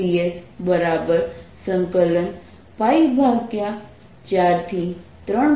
dS કરવાની જરૂર છે જે F